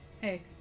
Hey